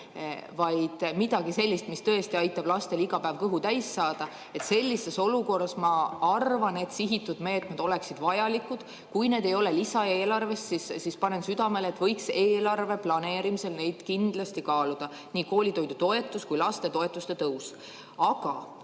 vaid millestki sellisest, mis tõesti aitab lastel iga päev kõhu täis saada. Sellises olukorras ma arvan, et sihitud meetmed oleksid vajalikud. Kui need ei ole lisaeelarves, siis panen südamele, et võiks eelarve planeerimisel neid kindlasti kaaluda. Nii koolitoidutoetus kui ka lastetoetuste tõus.